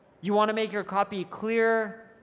you want to make your copy clear,